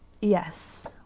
yes